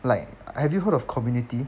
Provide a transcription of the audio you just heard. like have you heard of community